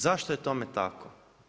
Zašto je tome tako?